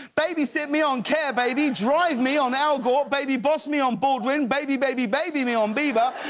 babysit me on care baby, drive me on elgort. baby boss me on baldwin, baby baby baby me on bieber.